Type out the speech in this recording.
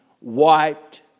Wiped